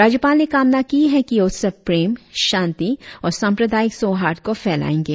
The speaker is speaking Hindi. राज्यपाल ने कामना की की यह उत्सव प्रेम शांती और सांप्रदायिक सौहार्द को फैलाऐंगे